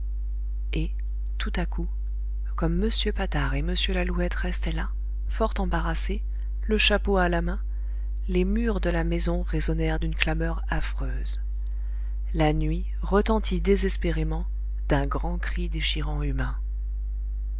et tout à coup comme m patard et m lalouette restaient là fort embarrassés le chapeau à la main les murs de la maison résonnèrent d'une clameur affreuse la nuit retentit désespérément d'un grand cri déchirant humain